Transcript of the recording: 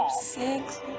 Six